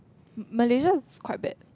Malaysia quite bad